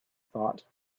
thought